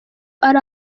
ari